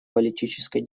политической